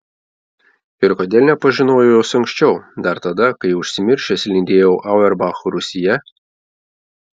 ir kodėl nepažinojau jos anksčiau dar tada kai užsimiršęs lindėjau auerbacho rūsyje